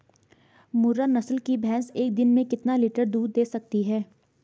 मुर्रा नस्ल की भैंस एक दिन में कितना लीटर दूध दें सकती है?